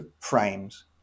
frames